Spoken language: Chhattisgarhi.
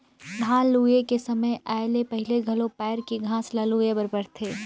धान लूए के समे आए ले पहिले घलो पायर मन के घांस ल लूए बर परथे